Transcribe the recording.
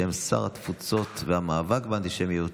בשם שר התפוצות והמאבק באנטישמיות,